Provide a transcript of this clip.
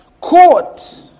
Court